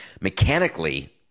Mechanically